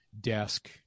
desk